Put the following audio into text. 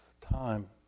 time